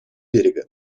берега